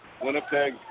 Winnipeg